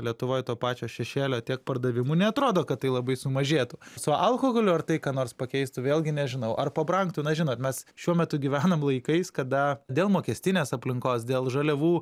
lietuvoj to pačio šešėlio tiek pardavimų neatrodo kad tai labai sumažėtų su alkoholiu ar tai ką nors pakeistų vėlgi nežinau ar pabrangtų na žinot mes šiuo metu gyvenam laikais kada dėl mokestinės aplinkos dėl žaliavų